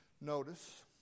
Notice